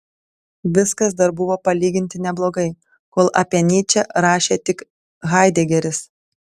viskas dar buvo palyginti neblogai kol apie nyčę rašė tik haidegeris